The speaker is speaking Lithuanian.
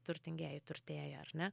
turtingieji turtėja ar ne